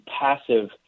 passive